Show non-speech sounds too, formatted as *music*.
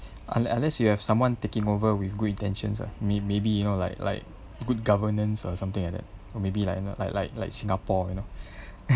unless unless you have someone taking over with good intentions ah may maybe you know like like good governance or something like that or maybe like you know like like like singapore you know *laughs*